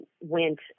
went